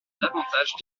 davantage